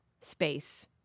space